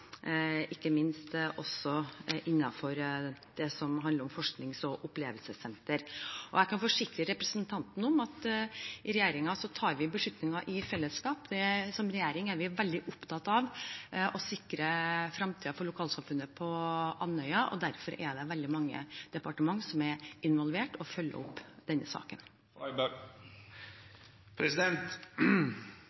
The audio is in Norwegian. ikke minst innenfor det som handler om forsknings- og opplevelsessentre. Jeg kan forsikre representanten om at i regjeringen tar vi beslutninger i fellesskap. Som regjering er vi veldig opptatt av å sikre fremtiden for lokalsamfunnet på Andøya. Derfor er det veldig mange departementer som er involvert og følger opp denne saken.